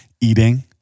eating